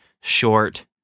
short